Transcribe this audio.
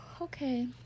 okay